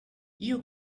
you